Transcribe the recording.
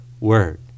word